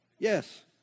Yes